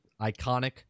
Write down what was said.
iconic